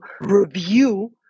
review